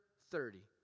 thirty